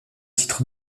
titre